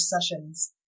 sessions